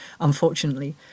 unfortunately